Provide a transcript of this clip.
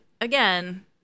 again